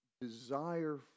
desire